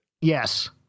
Yes